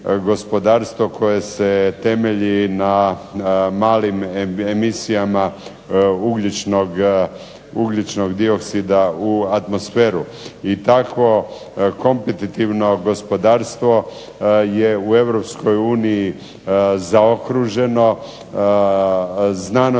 koje se temelji na malim emisijama ugljičnog dioksida u atmosferu i tako kompetitivno gospodarstvo je u Europskoj uniji